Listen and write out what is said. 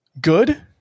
good